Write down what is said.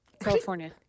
California